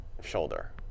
shoulder